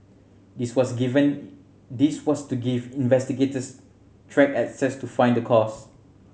this was to given this was to give investigators track access to find the cause